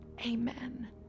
Amen